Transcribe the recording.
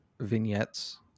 vignettes